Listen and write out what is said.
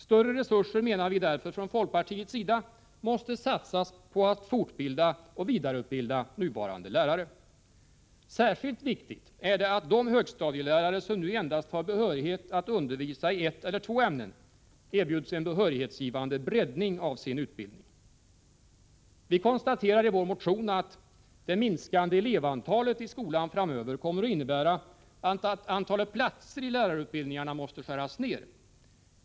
Vi från folkpartiet menar därför att större resurser måste satsas på fortbildning och vidareutbildning av nuvarande lärare. Särskilt viktigt är det att de högstadielärare som nu endast har behörighet att undervisa i ett eller två ämnen erbjuds en behörighetsgivande breddning av sin utbildning. Vi konstaterar i vår motion att det minskande elevantalet i skolan framöver kommer att innebära att antalet utbildningsplatser för lärarna måste skäras ned.